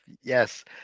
Yes